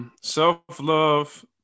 self-love